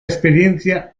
experiencia